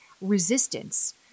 resistance